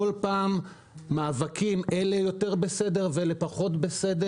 כל פעם מאבקים אם אלה יותר בסדר ואלה פחות בסדר